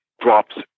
drops